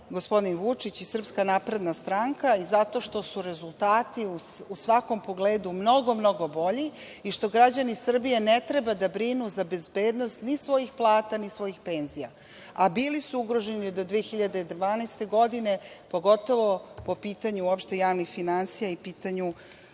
gospodin Vučić i SNS, i zato što su rezultati u svakom pogledu mnogo, mnogo bolji i što građani Srbije ne treba da brinu za bezbednost ni svojih plata, ni svojih penzija. Bili su ugroženi do 2012. godine, pogotovo po pitanju opštih javnih finansija i pitanju